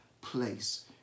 place